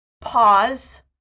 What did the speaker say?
pause